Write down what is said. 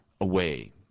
away